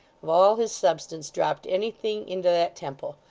of all his substance, dropped anything into that temple,